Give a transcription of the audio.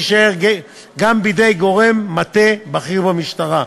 תישאר גם בידי גורם מטה בכיר במשטרה.